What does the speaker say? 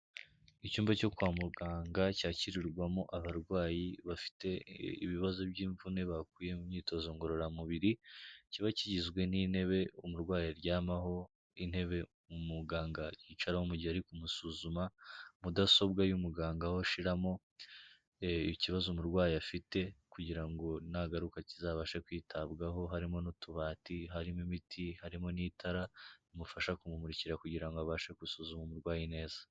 Icyumba cyo kwa muganga cyakirirwamo abarwayi bafite ibibazo by'imvune bakuye mu myitozo ngororamubiri, kiba kigizwe n'intebe umurwayi aryamaho, intebe umuganga yicaraho mu gihe ari kumusuzuma, Mudasobwa y'umuganga aho ashiramo ikibazo umurwayi afite, kugira ngo nagaruka kizabashe kwitabwaho, harimo n'utubati, harimo imiti, harimo n'itara, bimufasha kumumurikira kugira abashe gusuzuma umurwayi neza.